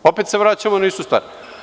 Opet se vraćamo na istu stvar.